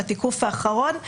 בתיקוף האחרון,